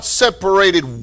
separated